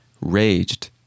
Raged